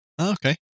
Okay